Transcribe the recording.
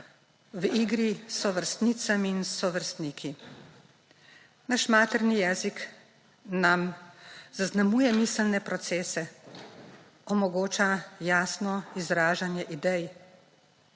v igri s sovrstnicami in sovrstniki. Naš materni jezik nam zaznamuje miselne procese, omogoča jasno izražanje idej.